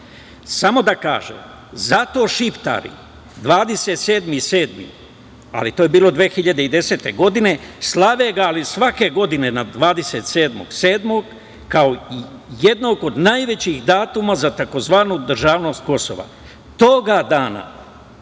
da kažem, zato šiptari 27.7. ali to je bilo 2010. godine, slave ga, ali svake godine na 27.7. kao jednog od najvećih datuma za tzv. državnost Kosova. Toga dana